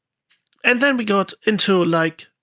and then we got into like